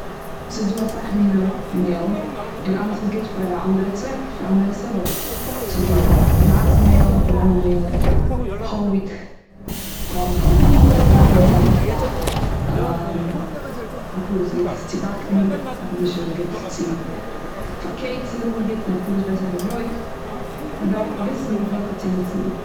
ס'איז דא אסאך מיני מעהל, און אלעס איז גוט פאר א אנדערע צוועק, פאר א אנדערע סיבה. ס'איז דא ווייסע מעהל, ברוינע מעהל, הויל וויט, מעהל. אפאר איז גוט צו באקן, אנדערש איז גוט צו, פאר קעיקס איז אפאר גוט, און אפאר איז בעסער פאר ברויט. מ'דארף וויסן וועלכע צו ניצן.